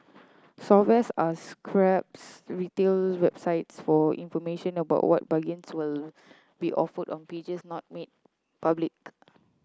software are scrapes retail websites for information about what bargains will be offered on pages not made public